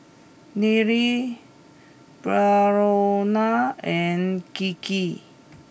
Nile Brionna and Gigi